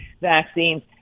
vaccines